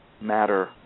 matter